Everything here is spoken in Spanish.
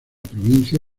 provincia